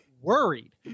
worried